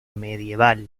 medieval